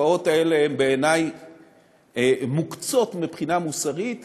התופעות האלה הן בעיני מוקצות מבחינה מוסרית